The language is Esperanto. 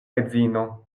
edzino